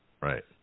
Right